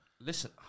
Listen